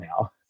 now